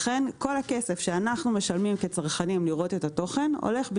לכן כל הכסף שאנחנו הצרכנים משלמים כדי לראות את התוכן הולך,